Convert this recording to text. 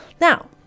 Now